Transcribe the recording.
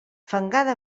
fangada